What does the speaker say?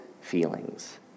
feelings